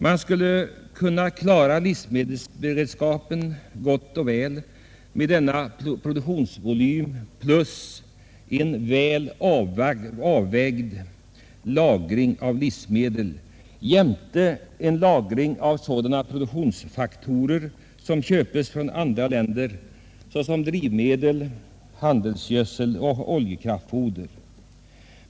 Man skulle kunna klara livsmedelsberedskapen gott och väl med denna produktionsvolym plus en väl avvägd lagring av livsmedel jämte en lagring av sådana produktionsfaktorer som köps från andra länder, såsom drivmedel, handelsgödsel och oljekraftfoder.